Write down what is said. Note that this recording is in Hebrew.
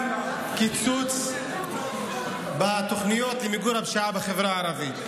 גם קיצוץ בתוכניות למיגור הפשיעה בחברה הערבית.